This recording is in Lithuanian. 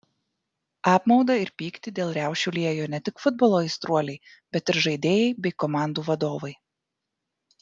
apmaudą ir pyktį dėl riaušių liejo ne tik futbolo aistruoliai bet ir žaidėjai bei komandų vadovai